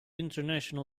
international